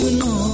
no